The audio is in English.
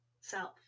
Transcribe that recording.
self